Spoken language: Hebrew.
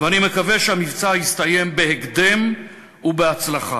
ואני מקווה שהמבצע יסתיים בהקדם ובהצלחה.